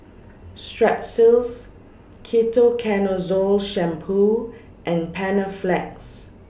Strepsils Ketoconazole Shampoo and Panaflex